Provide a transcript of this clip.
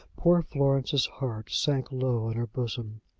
poor florence's heart sank low in her bosom.